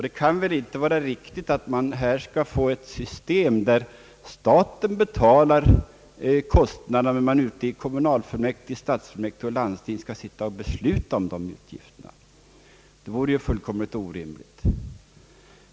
Det kan inte vara riktigt att man får ett system där staten betalar kostnaderna, men där kommunalfullmäktige, stadsfullmäktige och landsting skall sitta och besluta om utgifterna. Det vore fullkomligt orimligt.